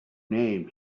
name